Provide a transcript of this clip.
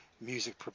music